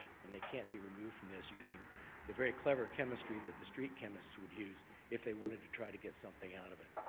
and they can't be removed from this using the very clever chemistry that the street chemists would use if they wanted to try to get something out of it.